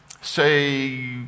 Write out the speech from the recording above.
say